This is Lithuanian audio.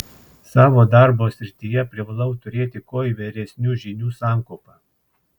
savo darbo srityje privalau turėti kuo įvairesnių žinių sankaupą